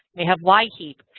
they have y keep.